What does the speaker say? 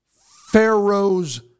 Pharaoh's